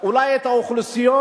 אולי את האוכלוסיות